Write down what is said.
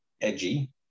edgy